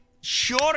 sure